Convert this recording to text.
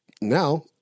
Now